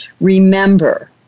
Remember